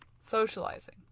Socializing